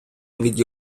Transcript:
від